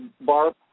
Barb